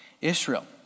Israel